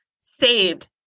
saved